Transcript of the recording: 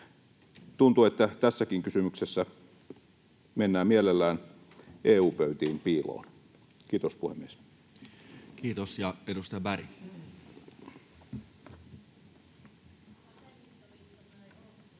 Tuntuu, että tässäkin kysymyksessä mennään mielellään EU-pöytiin piiloon. — Kiitos, puhemies. [Speech 134]